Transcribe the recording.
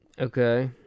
Okay